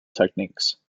techniques